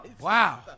Wow